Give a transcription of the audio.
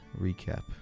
Recap